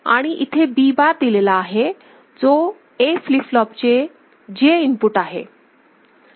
आणि इथे B bar दिलेला आहे जो A फ्लिप फ्लॉप चे J इनपुट आहे